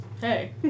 Hey